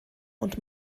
und